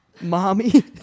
mommy